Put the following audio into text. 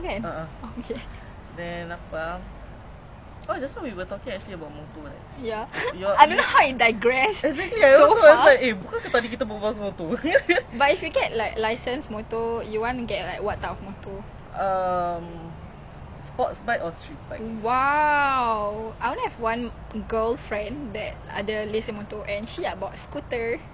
I only have one girl friend that ada lesen motor and she bawa scooter ya comel bodoh and is very is the lah like I think morgan I'm not very familiar with motor but I think what is that ah